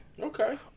Okay